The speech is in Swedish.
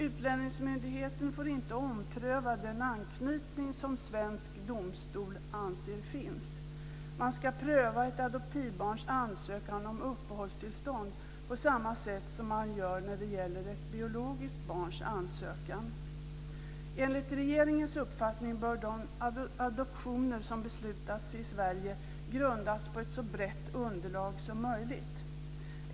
Utlänningsmyndigheten får inte ompröva den anknytning som svensk domstol anser finns. Man ska pröva ett adoptivbarns ansökan om uppehållstillstånd på samma sätt som man gör när det gäller ett biologiskt barns ansökan. Enligt regeringens uppfattning bör de adoptioner som beslutas i Sverige grundas på ett så brett underlag som möjligt.